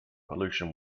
pollution